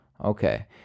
Okay